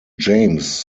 james